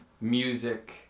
music